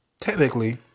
technically